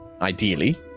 Ideally